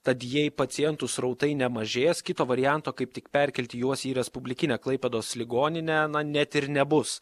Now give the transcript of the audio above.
tad jei pacientų srautai nemažės kito varianto kaip tik perkelti juos į respublikinę klaipėdos ligoninę net ir nebus